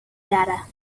data